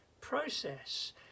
process